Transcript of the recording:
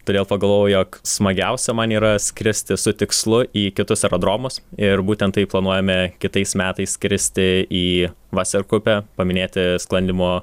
todėl pagalvojau jog smagiausia man yra skristi su tikslu į kitus aerodromus ir būtent taip planuojame kitais metais skristi į vaserkupę paminėti sklandymo